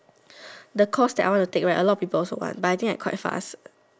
the course that I want to take right a lot of people also want but I think I quite fast